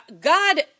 God